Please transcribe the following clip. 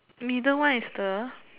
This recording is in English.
middle one is the